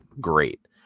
great